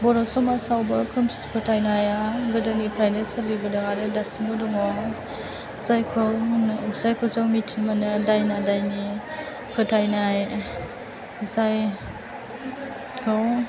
बर' समाजावबो खोमसि फोथायनाया गोदोनिफ्रायनो सोलिबोदों आरो दासिमबो दङ जायखौ जायखौ जों मिथि मोनो दायना दायनि फोथायनाय जाय गाव